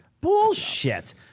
Bullshit